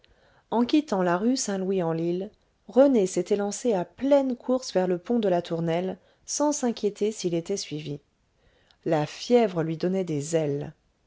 en quittant la rue saint louis en l'ile rené s'était lancé à pleine course vers le pont de la tournelle sans s'inquiéter s'il était suivi la fièvre lui donnait des ailes